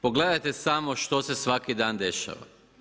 Pogledajte samo što se svaki dan dešava.